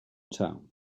town